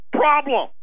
problem